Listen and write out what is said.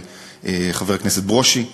וחבר הכנסת ברושי.